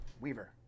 Weaver